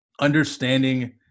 understanding